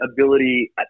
ability